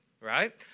right